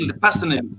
personally